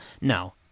no